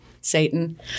Satan